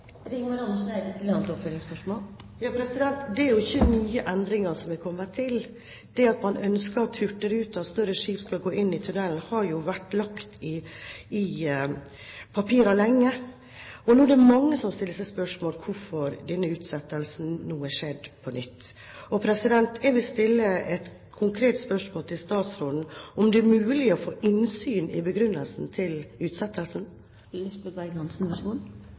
Det er jo ikke nye endringer som har kommet til. Det at man ønsker at hurtigruten og større skip skal gå inn i tunnelen, har jo ligget i papirene lenge. Nå er det mange som stiller seg spørsmålet hvorfor denne utsettelsen har skjedd på nytt. Jeg vil stille et konkret spørsmål til statsråden: Er det mulig å få innsyn i begrunnelsen for utsettelsen?